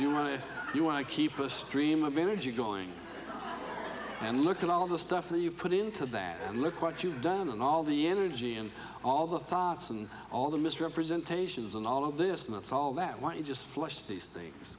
if you want to keep bush stream of energy going and look at all the stuff that you put into that and look what you've done and all the energy and all the thoughts and all the misrepresentations and all of this and that's all that what you just flush these things